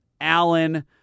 Allen